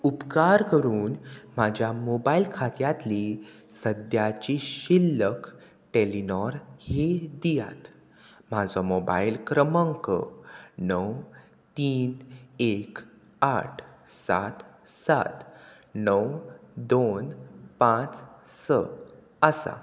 उपकार करून म्हाज्या मोबायल खात्यांतली सद्याची शिल्लक टॅलिनोर ही दियात म्हाजो मोबायल क्रमंक णव तीन एक आठ सात सात णव दोन पांच स आसा